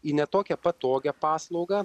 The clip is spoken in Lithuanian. į ne tokią patogią paslaugą